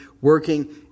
working